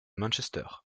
manchester